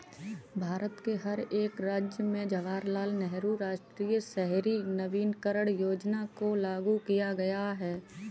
भारत के हर एक राज्य में जवाहरलाल नेहरू राष्ट्रीय शहरी नवीकरण योजना को लागू किया गया है